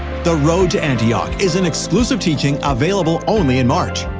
the road to antioch is an exclusive teaching available only in march.